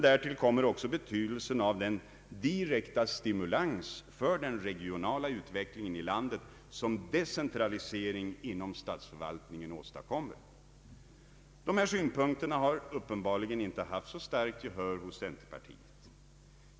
Därtill kommer också betydelsen av den direkta stimulans för den regionala utvecklingen i landet som decentralisering inom = statsförvaltningen åstadkommer. Dessa synpunkter har uppenbarligen inte vunnit så starkt gehör hos centerpartiet.